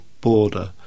border